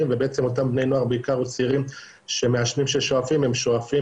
ואותם בני נוער בעיקר או צעירים שמעשנים או שואפים הם שואפים